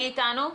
מי אתנו?